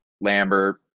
Lambert